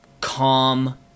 calm